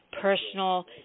personal